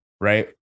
right